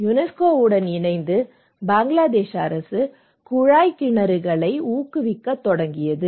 யுனெஸ்கோவுடன் இணைந்து பங்களாதேஷ் அரசு குழாய் கிணறுகளை ஊக்குவிக்கத் தொடங்கியது